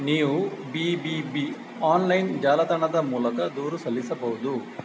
ನೀವು B B B online ಜಾಲತಾಣದ ಮೂಲಕ ದೂರು ಸಲ್ಲಿಸಬಹುದು